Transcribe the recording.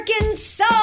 Arkansas